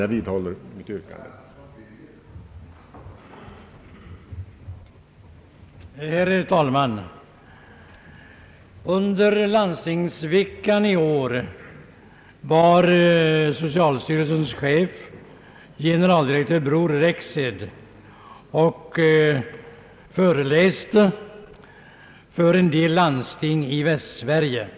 Jag vidhåller mitt tidigare yrkande.